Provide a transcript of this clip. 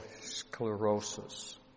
sclerosis